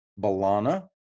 Balana